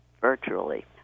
virtually